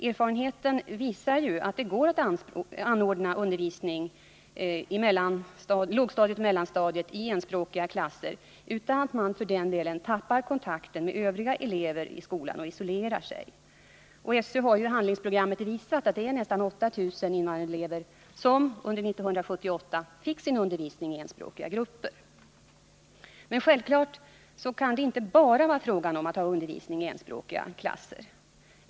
Erfarenheten visar att det går att anordna undervisning på lågstadiet och mellanstadiet i enspråkiga klasser utan att man för den skull tappar kontakten med övriga elever i skolan och isolerar sig. SÖ har i handlingsprogrammet visat att det är nästan 8 000 elever som under 1978 fått sin undervisning i enspråkiga grupper. Men självfallet kan det inte bara vara fråga om att ha undervisningen i enspråkiga klasser.